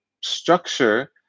structure